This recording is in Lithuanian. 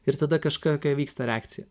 ir tada kažkokia vyksta reakcija